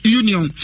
union